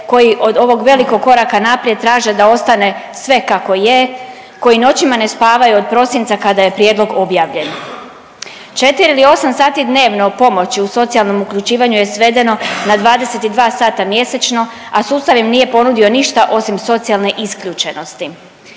koji od ovog velikog koraka naprijed traže da ostane sve kako je, koji noćima ne spavaju od prosinca kada je prijedlog objavljen. 4 ili 8 sati dnevno pomoći u socijalnom uključivanju je svedeno na 22 sata mjesečno, a sustav im nije ponudio ništa osim socijalne isključenosti.